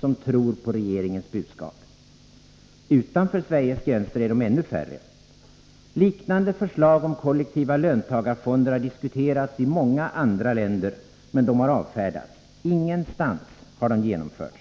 som tror på regeringens budskap. Utanför Sveriges gränser är de ännu färre. Liknande förslag om kollektiva löntagarfonder har diskuerats i många andra länder, men de har avfärdats. Ingenstans har de genomförts.